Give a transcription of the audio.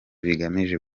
bigamije